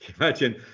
imagine